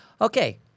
Okay